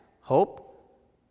hope